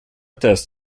test